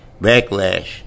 Backlash